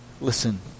Listen